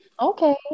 Okay